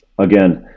again